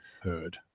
heard